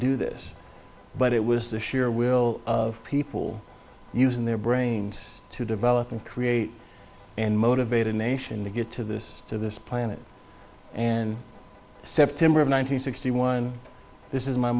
do this but it was the sheer will of people using their brains to develop and create and motivated a nation to get to this to this planet and september of one nine hundred sixty one this is my